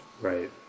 Right